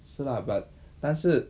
是 lah but 但是